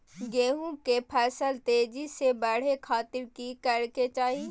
गेहूं के फसल तेजी से बढ़े खातिर की करके चाहि?